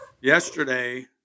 Yesterday